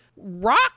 rock